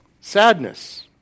Sadness